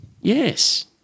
Yes